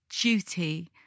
duty